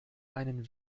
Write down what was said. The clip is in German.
einen